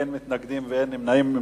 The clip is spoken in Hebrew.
אין מתנגדים ואין נמנעים.